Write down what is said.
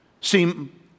seem